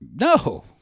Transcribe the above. No